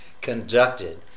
conducted